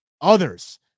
others